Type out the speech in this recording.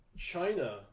china